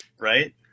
Right